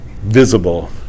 visible